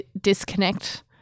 disconnect